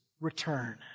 return